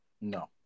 No